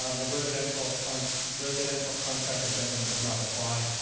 um the residential kind of residential contract addendum does not apply.